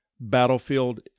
battlefield